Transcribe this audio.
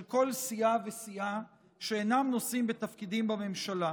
של כל סיעה וסיעה שאינם נושאים בתפקידים בממשלה.